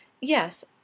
yes